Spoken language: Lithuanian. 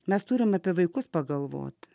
mes turime apie vaikus pagalvoti